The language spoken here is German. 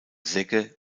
segge